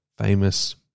famous